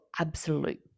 absolute